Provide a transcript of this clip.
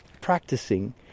practicing